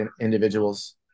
individuals